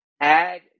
add